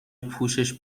پوشش